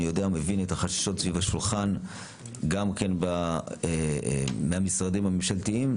אני יודע ומבין את החששות סביב השולחן גם כן מהמשרדים הממשלתיים,